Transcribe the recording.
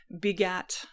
begat